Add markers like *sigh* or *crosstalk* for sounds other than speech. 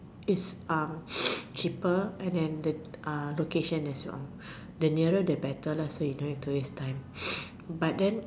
is um *noise* cheaper and then the location as well the nearer the better so you don't need to waste time but then